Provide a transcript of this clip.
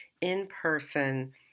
in-person